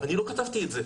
אני לא כתבתי את זה.